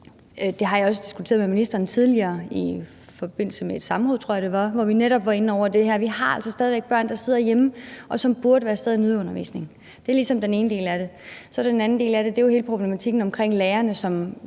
Det har jeg også diskuteret med ministeren tidligere i forbindelse med et samråd, tror jeg det var, hvor vi netop var inde over det her. Vi har altså stadig væk børn, der sidder hjemme, og som burde være af sted til nødundervisning. Det er ligesom den ene del af det. Så er der den anden del af det, og det er jo hele problematikken omkring lærerne,